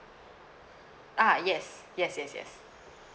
uh yes yes yes yes